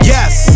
Yes